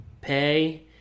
pay